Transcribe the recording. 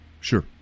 Sure